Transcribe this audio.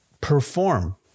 perform